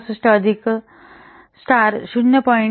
66 अधिक तारा 0